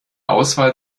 auswahl